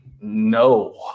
No